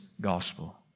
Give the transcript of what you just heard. gospel